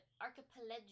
Archipelago